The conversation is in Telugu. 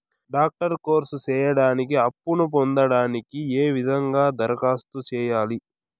డాక్టర్ కోర్స్ సేయడానికి అప్పును పొందడానికి ఏ విధంగా దరఖాస్తు సేయాలి?